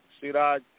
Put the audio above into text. Siraj